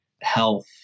health